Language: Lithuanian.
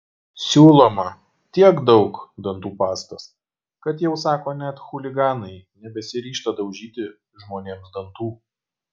siūloma tiek daug dantų pastos kad jau sako net chuliganai nebesiryžta daužyti žmonėms dantų